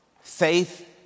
faith